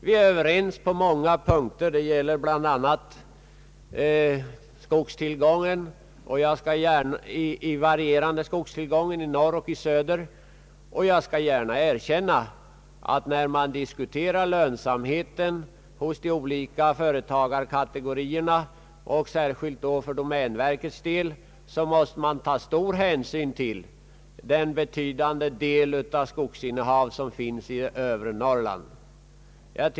Vi är överens på många punkter. Det gäller bl.a. den varierande skogstillgången i norr och söder. Jag skall gärna erkänna att man när man diskuterar lönsamheten för de olika företagskategorierna — särskilt gäller detta domänverket — måste ta stor hänsyn till det betydande skogsinnehavet i övre Norrland.